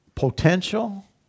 potential